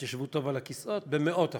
ותשבו טוב על הכיסאות, במאות אחוזים.